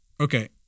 Okay